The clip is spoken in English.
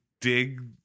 dig